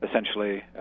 essentially